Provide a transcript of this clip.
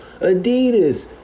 Adidas